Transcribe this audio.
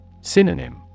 Synonym